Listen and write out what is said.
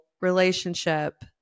relationship